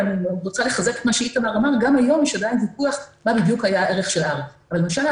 ואני רוצה לחזק את מה שאיתמר אמר: גם היום